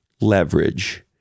leverage